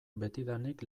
betidanik